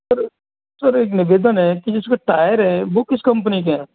sir sir एक निवेदन है कि जिसके टायर हैं वो किस कंपनी के हैं